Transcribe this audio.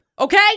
okay